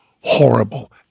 horrible